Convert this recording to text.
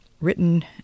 written